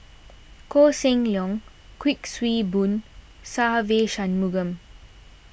Koh Seng Leong Kuik Swee Boon and Se Ve Shanmugam